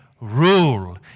Rule